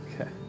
Okay